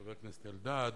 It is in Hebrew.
חבר הכנסת אלדד.